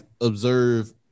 observe